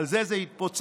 על זה זה התפוצץ,